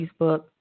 Facebook